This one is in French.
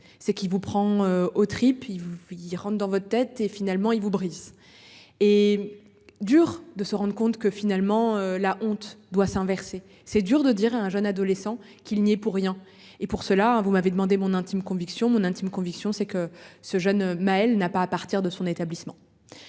Ce qui vous prend aux tripes, il vous il rentre dans votre tête et finalement il vous Brice et dur de se rendent compte que finalement la honte doit s'inverser. C'est dur de dire à un jeune adolescent qu'il n'y est pour rien. Et pour cela, hein vous m'avez demandé mon intime conviction mon intime conviction c'est que ce jeune Maëlle n'a pas à partir de son établissement.